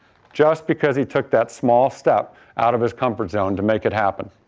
just because he took that small step out of his comfort zone to make it happen.